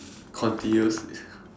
continuously